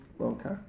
Okay